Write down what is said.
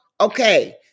Okay